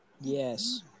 Yes